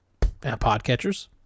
Podcatchers